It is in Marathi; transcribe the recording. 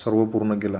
सर्व पूर्ण केला